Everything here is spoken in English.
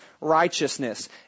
righteousness